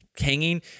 hanging